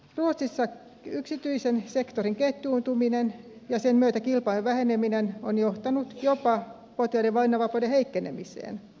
ruotsissa yksityisen sektorin ketjuuntuminen ja sen myötä kilpailun väheneminen on johtanut jopa potilaiden valinnanvapauden heikkenemiseen